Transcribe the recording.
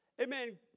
amen